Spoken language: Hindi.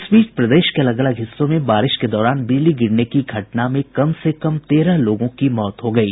इस बीच प्रदेश के अलग अलग हिस्सों में बारिश के दौरान बिजली गिरने की घटना में कम से कम तेरह लोगों की मौत हो गयी